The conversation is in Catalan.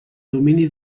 domini